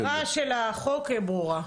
המטרה של החוק ברורה.